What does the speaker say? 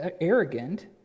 arrogant